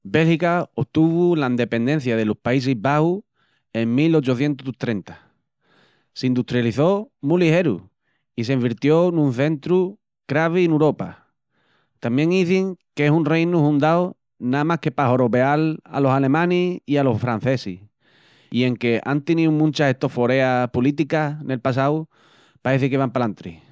Bélgica otuvu l'endependencia delos Paísis Baxus en 1830, s'industrialiçó mu ligeru i s'envirtió nun centru cravi n'Uropa. Tamién izin qu'es un reinu hundau namas que pa xorobeal alos alemanis i alos francesis i enque an tiníu munchas estoforeas pulíticas nel passau, paeci que van palantri.